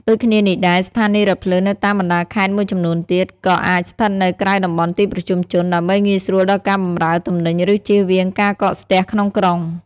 ដូចគ្នានេះដែរ ស្ថានីយ៍រថភ្លើងនៅតាមបណ្តាខេត្តមួយចំនួនទៀត ក៏អាចស្ថិតនៅក្រៅតំបន់ទីប្រជុំជន ដើម្បីងាយស្រួលដល់ការបម្រើទំនិញ ឬជៀសវាងការកកស្ទះក្នុងក្រុង។